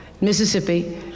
Mississippi